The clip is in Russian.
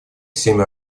семь